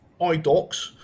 idocs